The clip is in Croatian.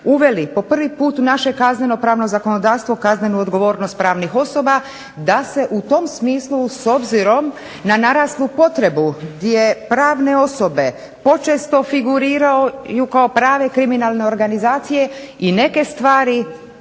uveli po prvi put u naše kazneno-pravno zakonodavstvo kaznenu odgovornost pravnih osoba da se u tom smislu s obzirom na naraslu potrebu gdje pravne osobe počesto figuriraju kao prave kriminalne organizacije i neke stvari